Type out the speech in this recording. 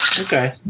Okay